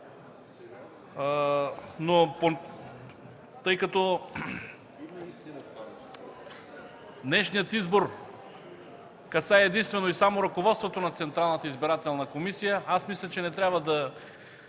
г. Тъй като днешният избор касае единствено и само ръководството на Централната избирателна комисия, мисля, че не трябва да